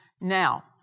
Now